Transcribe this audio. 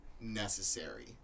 necessary